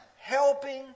helping